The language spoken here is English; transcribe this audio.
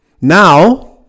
Now